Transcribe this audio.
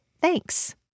Thanks